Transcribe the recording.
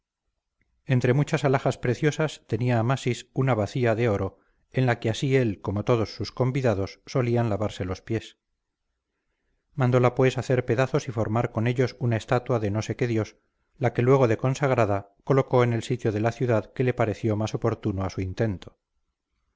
entre muchas alhajas preciosas tenía amasis una bacía de oro en la que así él como todos sus convidados solían lavarse los pies mandóla pues hacer pedazos y formar con ellos una estatua de no sé qué dios la que luego de consagrada coloco en el sitio de la ciudad que le pareció más oportuno a su intento